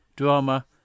drama